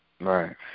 Right